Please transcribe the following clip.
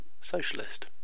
socialist